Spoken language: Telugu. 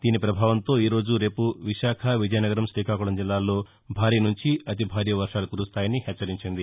దీని పభావంతో ఈ రోజు రేపు విశాఖ విజయనగరం తీకాకుళం జిల్లాల్లో భారీ నుంచి అతిభారీ వర్వాలు కురుస్తాయని హెచ్చరించింది